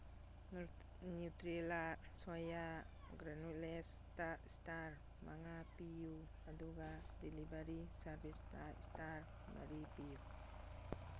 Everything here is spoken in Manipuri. ꯅ꯭ꯌꯨꯇ꯭ꯔꯦꯂꯥ ꯁꯣꯌꯥ ꯒ꯭ꯔꯦꯅꯨꯂꯦꯁꯇ ꯏꯁꯇꯥꯔ ꯃꯉꯥ ꯄꯤꯌꯨ ꯑꯗꯨꯒ ꯗꯤꯂꯤꯚꯔꯤ ꯁꯥꯔꯚꯤꯁꯇ ꯏꯁꯇꯥꯔ ꯃꯔꯤ ꯄꯤꯌꯨ